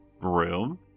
room